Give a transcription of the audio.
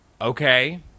okay